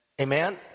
Amen